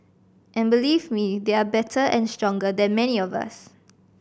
and believe me they are better and stronger than many of us